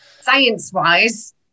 Science-wise